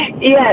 Yes